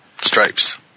Stripes